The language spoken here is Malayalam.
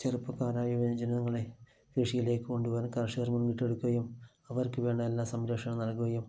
ചെറുപ്പക്കാരായ യുവജനങ്ങളെ കൃഷിയിലേക്ക് കൊണ്ടു വരാൻ കർഷകർ മുന്നിട്ടെടുക്കുകയും അവർക്കു വേണ്ട എല്ലാ സംരക്ഷണം നൽകുകയും